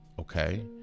okay